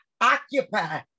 occupy